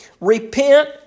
repent